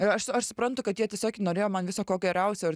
ir aš aš suprantu kad jie tiesiog norėjo man viso ko geriausio ir